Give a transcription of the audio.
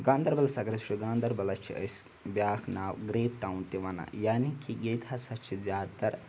گاندَربَلَس اگر أسۍ وٕچھو گاندَربَلَس چھِ أسۍ بیٛاکھ ناو گرٛیپ ٹاوُن تہِ وَنان یعنے کہِ ییٚتہِ ہَسا چھِ زیادٕتَر